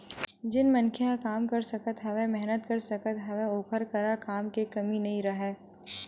जेन मनखे ह काम कर सकत हवय, मेहनत कर सकत हवय ओखर करा काम के कमी नइ राहय